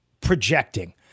projecting